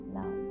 now